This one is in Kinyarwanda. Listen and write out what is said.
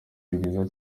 ryiza